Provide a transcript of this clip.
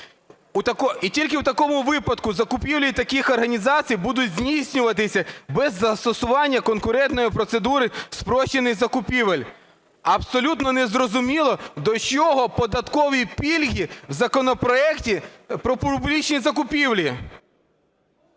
І тільки у такому випадку закупівлі таких організацій будуть здійснюватися без застосування конкурентної процедури спрощених закупівель. Абсолютно незрозуміло, до чого податкові пільги у законопроекті про публічні закупівлі.